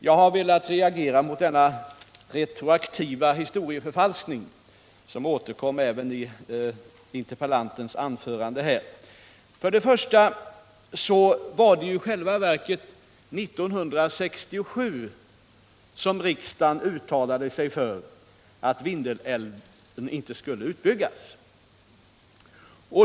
Jag har velat ge uttryck för min reaktion mot denna retroaktiva historieförfalskning som återkom även i interpellantens anförande här. Det var i själva verket 1967 som riksdagen uttalade sig för att Vindelälven inte skulle utbyggas.